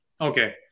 Okay